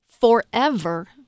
forever